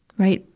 right.